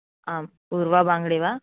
आं पूर्वा बाङ्डे वा